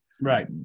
Right